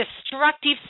destructive